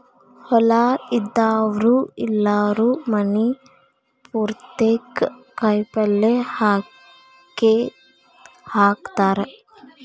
ಹೊಲಾ ಇದ್ದಾವ್ರು ಎಲ್ಲಾರೂ ಮನಿ ಪುರ್ತೇಕ ಕಾಯಪಲ್ಯ ಹಾಕೇಹಾಕತಾರ